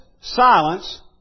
silence